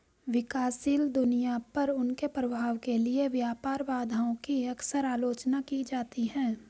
विकासशील दुनिया पर उनके प्रभाव के लिए व्यापार बाधाओं की अक्सर आलोचना की जाती है